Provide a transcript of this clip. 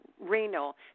renal